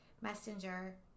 Messenger